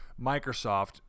Microsoft